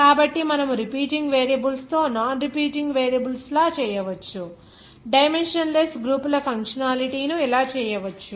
కాబట్టి మనము repeating variables తో నాన్ రిపీటింగ్ వేరియబుల్స్ లా చేయవచ్చు డైమెన్షన్ లెస్ గ్రూపుల ఫంక్షనాలిటీ ను ఇలా చేయవచ్చు